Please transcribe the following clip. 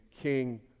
king